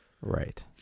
Right